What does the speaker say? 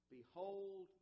Behold